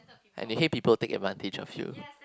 and you hate people take advantage of you